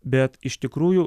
bet iš tikrųjų